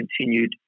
continued